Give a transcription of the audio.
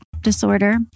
disorder